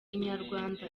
inyarwanda